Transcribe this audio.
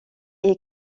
est